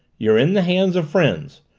you're in the hands of friends.